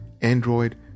Android